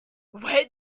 where